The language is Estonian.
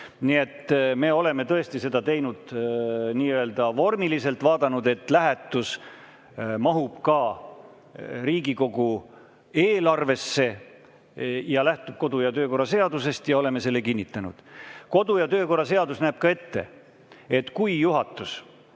Nii et me oleme tõesti seda teinud, nii-öelda vormiliselt vaadanud, et lähetus mahuks ka Riigikogu eelarvesse ning lähtuks kodu- ja töökorra seadusest, ning oleme selle kinnitanud. Kodu- ja töökorra seadus näeb ette, et kui juhatus